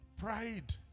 Pride